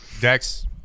Dex